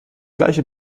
gleiche